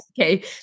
okay